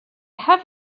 have